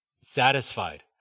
satisfied